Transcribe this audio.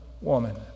woman